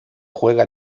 juega